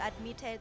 admitted